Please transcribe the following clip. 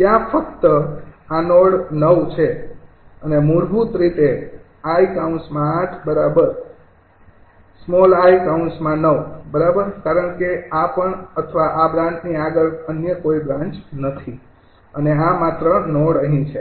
ત્યાં ફક્ત આ નોડ ૯ છે અને મૂળભૂત રીતે 𝐼૮𝑖૯ બરાબર કારણ કે આ પણ અથવા આ બ્રાન્ચની આગળ અન્ય કોઈ બ્રાન્ચ નથી અને આ માત્ર નોડ અહીં છે